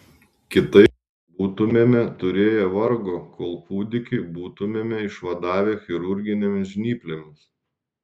kitaip būtumėme turėję vargo kol kūdikį būtumėme išvadavę chirurginėmis žnyplėmis